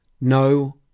no